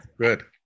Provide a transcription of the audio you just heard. Good